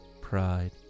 pride